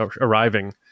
arriving